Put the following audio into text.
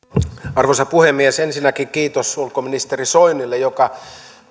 arvoisa puhemies ensinnäkin kiitos ulkoministeri soinille joka